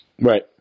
Right